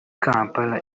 kampala